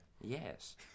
Yes